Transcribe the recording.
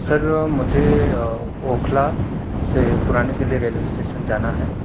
سر مجھے اوکھلا سے پرانی دہلی ریلوے اسٹیشن جانا ہیں